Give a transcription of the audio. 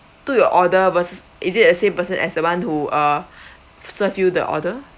took your order was is it a same person as the one who uh serve you the order